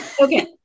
Okay